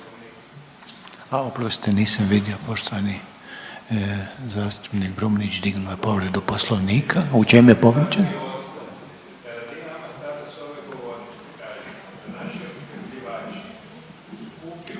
A oprostite nisam vidio poštovani zastupnik Brumnić dignuo je povredu poslovnika. U čemu je povrijeđen.